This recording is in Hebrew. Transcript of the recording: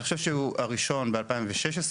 אני חושב שהראשון ב-2016.